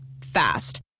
Fast